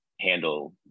handle